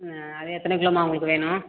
ம் அது எத்தனை கிலோம்மா உங்களுக்கு வேணும்